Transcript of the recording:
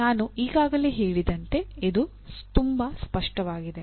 ನಾವು ಈಗಾಗಲೇ ಹೇಳಿದಂತೆ ಅದು ತುಂಬಾ ಸ್ಪಷ್ಟವಾಗಿದೆ